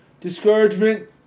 discouragement